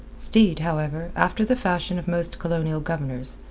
steed, however, after the fashion of most colonial governors,